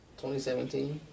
2017